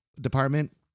department